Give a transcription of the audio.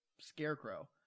Scarecrow